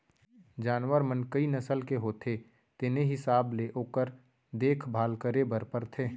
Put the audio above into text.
जानवर मन कई नसल के होथे तेने हिसाब ले ओकर देखभाल करे बर परथे